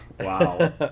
Wow